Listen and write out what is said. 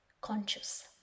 conscious